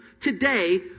today